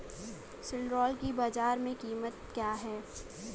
सिल्ड्राल की बाजार में कीमत क्या है?